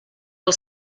del